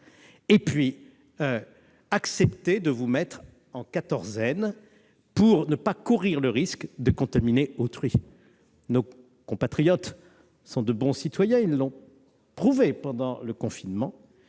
d'accepter de se mettre en quatorzaine pour ne pas courir le risque de contaminer autrui. Nos compatriotes, qui sont de bons citoyens- ils l'ont prouvé pendant le confinement